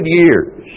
years